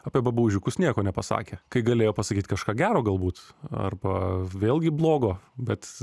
apie babaužiukus nieko nepasakė kai galėjo pasakyti kažką gero galbūt arba vėlgi blogo bet